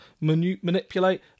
manipulate